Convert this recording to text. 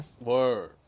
Word